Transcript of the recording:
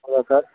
ಹೌದ ಸರ್